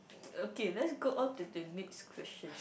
okay let's go on to the next question